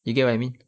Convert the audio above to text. you get what I mean